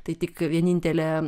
tai tik vienintelė